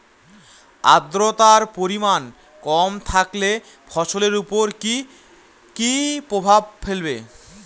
আদ্রর্তার পরিমান কম থাকলে ফসলের উপর কি কি প্রভাব ফেলবে?